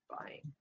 buying